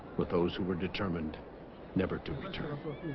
with those who were determined never to return